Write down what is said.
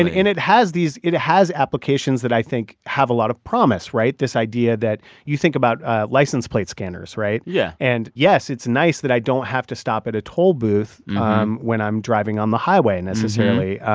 and and it has these it it has applications that i think have a lot of promise, right? this idea that you think about ah license plate scanners, right? yeah and yes, it's nice that i don't have to stop at a toll booth um when i'm driving on the highway necessarily.